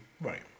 Right